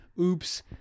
oops